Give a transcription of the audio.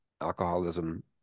alcoholism